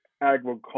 Agriculture